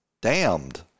damned